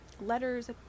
letters